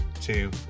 two